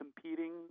competing